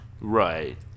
Right